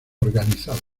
organizados